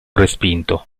respinto